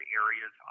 areas